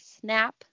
snap